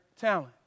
talent